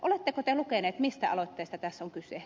oletteko te lukenut mistä aloitteesta tässä on kyse